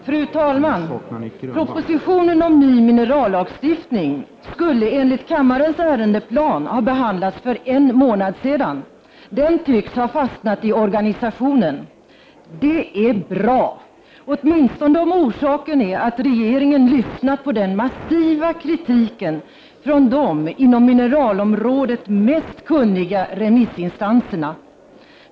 Fru talman! Propositionen om ny minerallagstiftning skulle enligt kammarens ärendeplanering ha behandlats för en månad sedan. Den tycks ha fastnat i organisationen. Det är bra, åtminstone om orsaken är att regeringen lyssnat på den massiva kritiken från de inom mineralområdet mest kunniga remissinstanserna.